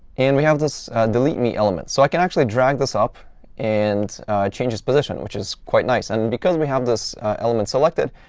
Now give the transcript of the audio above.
and we have this delete me element. so i can actually drag this up and change its position, which is quite nice. and because we have this element selected,